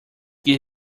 give